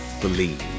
believe